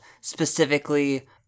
specifically